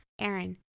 Aaron